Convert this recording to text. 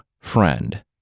friend